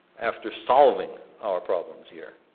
after solving our problems here,